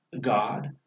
God